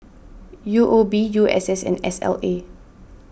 U O B U S S and S L A